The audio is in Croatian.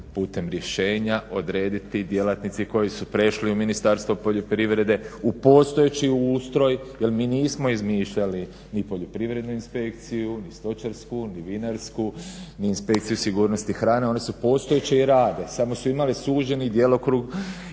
putem rješenja odrediti djelatnici koji su prešli u Ministarstvo poljoprivrede, u postojeći ustroj jer mi nismo izmišljali ni poljoprivrednu inspekciju, ni stočarsku, ni vinarsku, ni inspekciju sigurnosti hrane. One su postojeće i rade, samo su imale suženi djelokrug